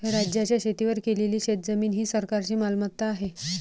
राज्याच्या शेतीवर केलेली शेतजमीन ही सरकारची मालमत्ता आहे